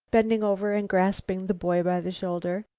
bending over and grasping the boy by the shoulder.